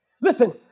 Listen